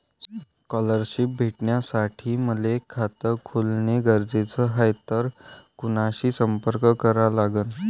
Scholarship भेटासाठी मले खात खोलने गरजेचे हाय तर कुणाशी संपर्क करा लागन?